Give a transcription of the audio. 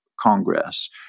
Congress